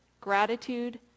Gratitude